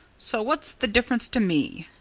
so what's the difference to me?